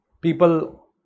people